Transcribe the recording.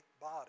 body